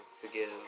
forgive